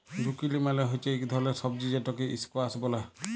zucchini মালে হচ্যে ইক ধরলের সবজি যেটকে ইসকোয়াস ব্যলে